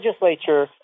legislature